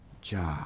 job